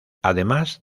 además